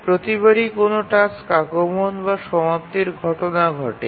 প্রতিবারই কোনও টাস্ক আগমন বা সমাপ্তির ঘটনা ঘটে